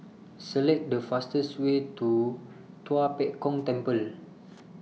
Select The fastest Way to Tua Pek Kong Temple